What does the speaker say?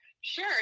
Sure